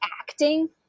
acting